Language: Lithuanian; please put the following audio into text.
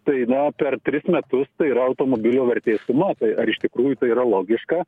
tai na per tris metus tai yra automobilio vertės suma tai ar iš tikrųjų tai yra logiška